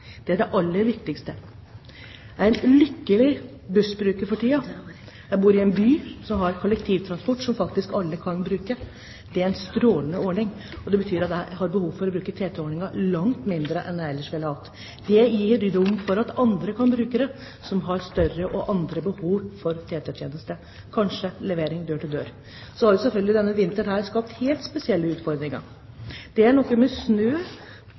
Det er det aller viktigste. Jeg er en lykkelig bussbruker for tiden. Jeg bor i en by som har kollektivtransport som alle kan bruke. Det er en strålende ordning, og det betyr at jeg har behov for å bruke TT-ordningen langt mindre enn jeg ellers ville ha hatt. Det gir rom for at andre, som har større og andre behov for TT-tjenester, kan bruke det, kanskje levering dør til dør. Så har selvfølgelig denne vinteren skapt helt spesielle utfordringer. Det er noe med